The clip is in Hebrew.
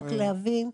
רק להבין,